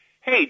Hey